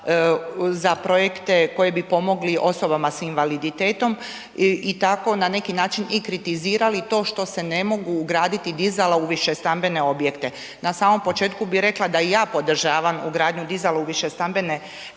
za projekte koji bi pomogli osobama s invaliditetom i tako na neki način i kritizirali to što se ne mogu ugraditi dizala u višestambene objekte. Na samom početku bi rekla da i ja podržavam ugradnju dizala u višestambene zgrade